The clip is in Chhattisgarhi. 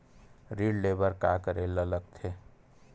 ऋण ले बर का करे ला लगथे?